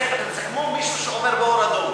זה כמו מישהו עובר באור אדום.